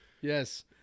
Yes